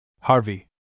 Harvey